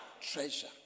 treasure